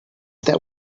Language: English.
that